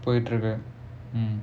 போயிட்டு இருக்கு:poyittu irukku mm